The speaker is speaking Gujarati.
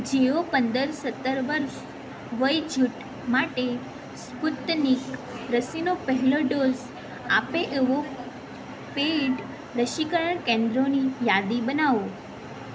જેઓ પંદર સત્તર વર્ષ વયજૂથ માટે સ્પુતનિક રસીનો પહેલો ડોઝ આપે એવાં પેઈડ રસીકરણ કેન્દ્રોની યાદી બનાવો